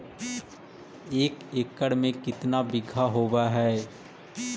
एक एकड़ में केतना बिघा होब हइ?